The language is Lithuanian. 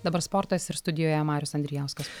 dabar sportas ir studijoje marius andrijauskas